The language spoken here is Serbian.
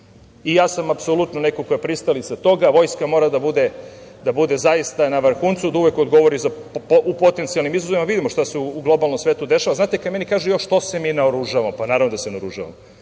i ja sam apsolutno neko ko je pristalica toga. Vojska mora da bude zaista na vrhuncu, da uvek odgovori u potencijalnim izazovima. Vidimo šta se u globalnom svetu dešava. Znate, kada meni kažu - jao što se mi naoružavamo? Pa, naravno da se naoružavamo.